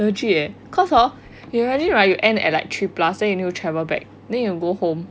legit eh cause hor imagine like you end at like three plus then you need to like travel back then you need to go home